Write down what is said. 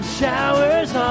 showers